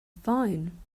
fine